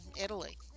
Italy